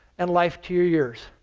and life to your years.